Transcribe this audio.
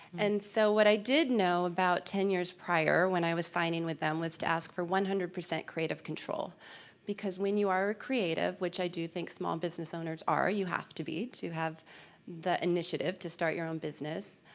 and so what i did know about ten years prior when i was signing with them was to ask for one hundred percent creative control because when you are creative, which i do think small business owners are, you have to be to have the initiative to start your own business,